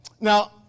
Now